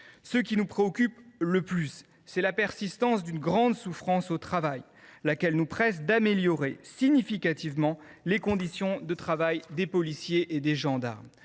Ce qui nous préoccupe le plus, c’est la persistance d’une grande souffrance au travail, qui nous presse d’améliorer significativement les conditions de travail des policiers et des gendarmes.